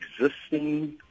existing